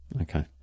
Okay